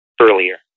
earlier